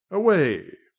away!